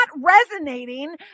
resonating